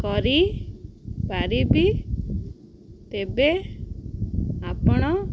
କରିପାରିବି ତେବେ ଆପଣ